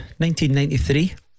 1993